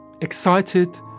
excited